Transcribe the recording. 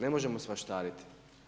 Ne možemo svaštariti.